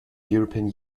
european